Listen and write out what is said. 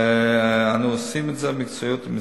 ואנו עושים את זה במקצועיות ובמסירות.